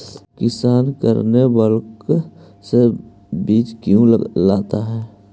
किसान करने ब्लाक से बीज क्यों लाता है?